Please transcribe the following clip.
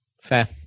Fair